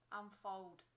unfold